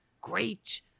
Great